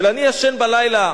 אני ישן בלילה